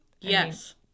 Yes